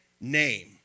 name